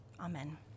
Amen